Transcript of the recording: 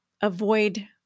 avoid